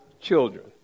children